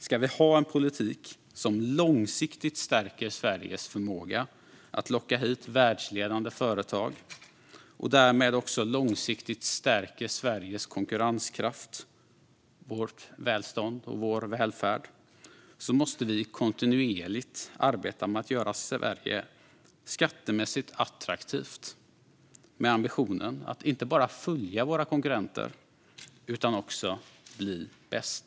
Ska vi ha en politik som långsiktigt stärker Sveriges förmåga att locka hit världsledande företag och därmed också långsiktigt stärker Sveriges konkurrenskraft, vårt välstånd och vår välfärd måste vi kontinuerligt arbeta med att göra Sverige skattemässigt attraktivt med ambitionen att inte bara följa våra konkurrenter utan också bli bäst.